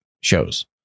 shows